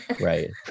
right